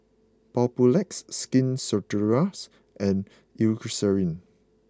Papulex Skin Ceuticals and Eucerin